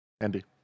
Andy